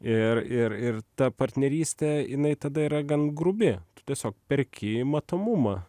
ir ir ir ta partnerystė jinai tada yra gan grubi tiesiog perki matomumą